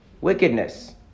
wickedness